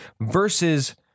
versus